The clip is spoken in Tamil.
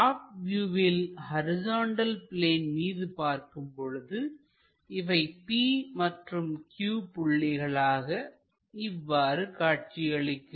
டாப் வியூவில் ஹரிசாண்டல் பிளேன் மீது பார்க்கும் பொழுது இவை p மற்றும் q புள்ளிகளாக இவ்வாறு காட்சியளிக்கும்